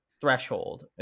threshold